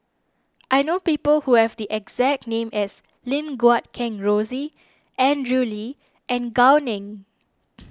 I know people who have the exact name as Lim Guat Kheng Rosie Andrew Lee and Gao Ning